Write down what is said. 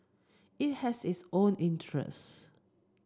it has its own interest